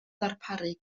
ddarparu